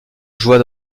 joie